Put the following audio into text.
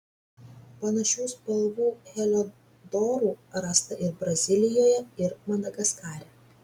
panašių spalvų heliodorų rasta ir brazilijoje ir madagaskare